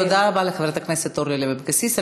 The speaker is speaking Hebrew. תודה רבה לחברת הכנסת אורלי לוי אבקסיס.